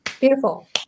Beautiful